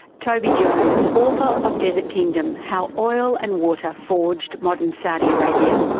toby jones, author of desert kingdom how oil and water forged modern saudi arabia.